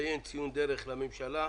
לציין ציון דרך לממשלה,